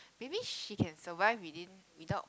maybe she can survive within without